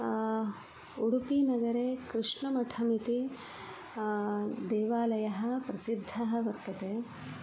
उडुपीनगरे कृष्णमठमिति देवालयः प्रसिद्धः वर्तते